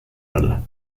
other